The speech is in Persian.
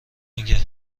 میگه